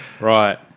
Right